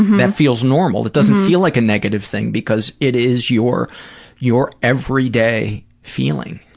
that feels normal, it doesn't feel like a negative thing because it is your your every day feeling.